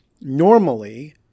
normally